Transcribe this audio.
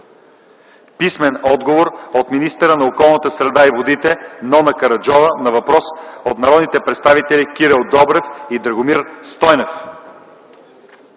Владимиров; - от министъра на околната среда и водите Нона Караджова на въпрос от народните представители Кирил Добрев и Драгомир Стойнев;